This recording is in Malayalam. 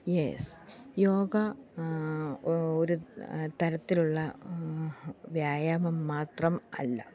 യെസ് യോഗ ഒരു തരത്തിലുള്ള വ്യായാമം മാത്രം അല്ല